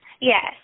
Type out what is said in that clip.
Yes